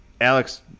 Alex